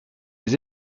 les